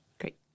great